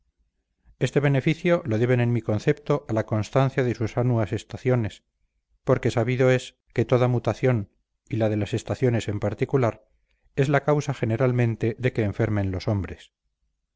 este beneficio lo deben en mi concepto a la constancia de sus anuas estaciones porque sabido es que toda mutación y la de las estaciones en particular es la causa generalmente de que enfermen los hombres